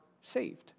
saved